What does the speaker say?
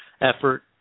effort